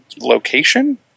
location